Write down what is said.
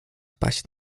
wpaść